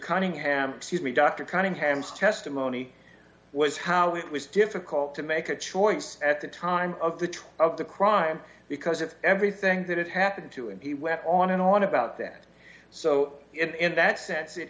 cunningham excuse me dr cunningham's testimony was how it was difficult to make a choice at the time of the trial of the crime because if everything that had happened to him he went on and on about that so in that sense it